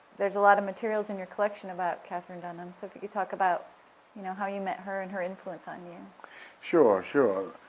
there's a lot of materials in your collection about katherine dunham, so could you talk about you know how you met her and her influence on you. redmond sure, sure.